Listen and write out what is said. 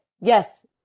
yes